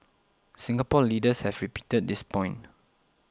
Singapore leaders have repeated this point